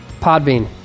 Podbean